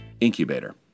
Incubator